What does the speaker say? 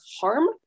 harm